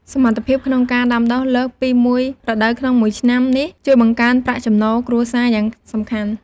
សមត្ថភាពក្នុងការដាំដុះលើសពីមួយរដូវក្នុងមួយឆ្នាំនេះ ជួយបង្កើនប្រាក់ចំណូលគ្រួសារយ៉ាងសំខាន់។